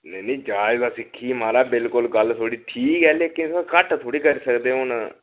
नेईं नेईं जायज़ ऐ दिक्खी महाराज बिलकुल गल्ल थोआढ़ी ठीक ऐ लेकिन घट्ट थोह्ड़ी करी सकदे हून